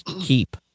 keep